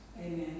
Amen